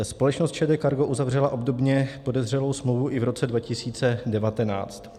Společnost ČD Cargo uzavřela obdobně podezřelou smlouvu i v roce 2019.